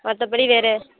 மற்றபடி வேறு